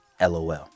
LOL